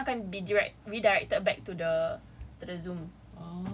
ya orang akan be direct redirected back to the to the Zoom